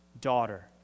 daughter